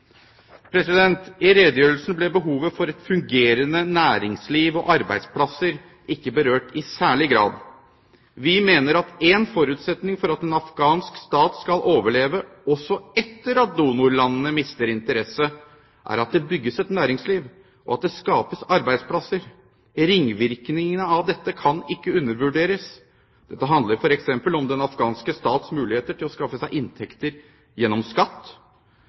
I redegjørelsen ble behovet for et fungerende næringsliv og arbeidsplasser ikke berørt i særlig grad. Vi mener at én forutsetning for at en afghansk stat skal overleve også etter at donorlandene mister interesse, er at det bygges et næringsliv og at det skapes arbeidsplasser. Ringvirkningene av dette kan ikke undervurderes. Dette handler f.eks. om den afghanske stats muligheter til å skaffe seg inntekter gjennom skatt.